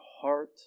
heart